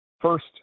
First